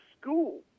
school